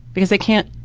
because i can't,